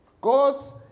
God's